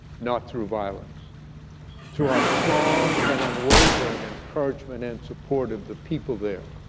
not through violence through our strong and unwavering encouragement and support of the people there,